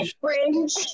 fringe